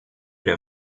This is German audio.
der